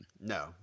no